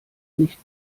nicht